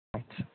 ಆಯ್ತು ಸರ್